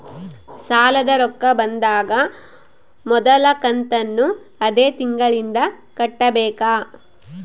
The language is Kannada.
ಸಾಲದ ರೊಕ್ಕ ಬಂದಾಗ ಮೊದಲ ಕಂತನ್ನು ಅದೇ ತಿಂಗಳಿಂದ ಕಟ್ಟಬೇಕಾ?